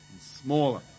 smaller